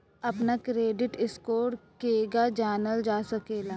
अपना credit score केगा जानल जा सकेला?